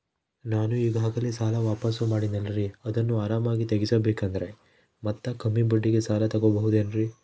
ನಾನು ಈಗಾಗಲೇ ಸಾಲ ವಾಪಾಸ್ಸು ಮಾಡಿನಲ್ರಿ ಅದನ್ನು ಆರಾಮಾಗಿ ತೇರಿಸಬೇಕಂದರೆ ಮತ್ತ ಕಮ್ಮಿ ಬಡ್ಡಿಗೆ ಸಾಲ ತಗೋಬಹುದೇನ್ರಿ?